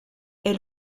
est